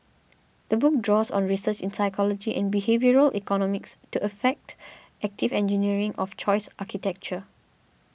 the book draws on research in psychology and behavioural economics to effect active engineering of choice architecture